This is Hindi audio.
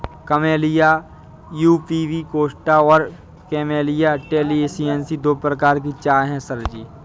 कैमेलिया प्यूबिकोस्टा और कैमेलिया टैलिएन्सिस दो प्रकार की चाय है सर जी